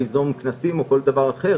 ליזום כנסים או כל דבר אחר.